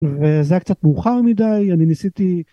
וזה קצת מאוחר מדי, אני ניסיתי...